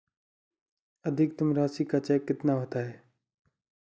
अधिकतम राशि का चेक कितना होता है?